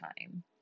time